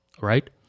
right